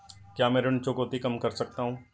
क्या मैं ऋण चुकौती कम कर सकता हूँ?